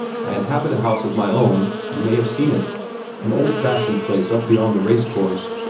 i inhabit a house of my own you may have seen it an old-fashioned place up beyond the race-course,